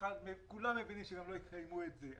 כולם מבינים שגם לא יקיימו את זה.